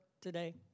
today